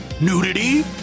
Nudity